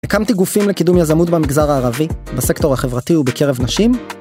הקמתי גופים לקידום יזמות במגזר הערבי, בסקטור החברתי ובקרב נשים.